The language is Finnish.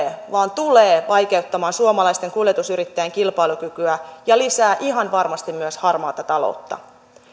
vaan tulee vaikeuttamaan suomalaisten kuljetusyrittäjien kilpailukykyä ja lisää ihan varmasti myös harmaata taloutta